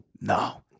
No